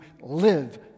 live